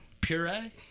Puree